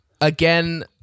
Again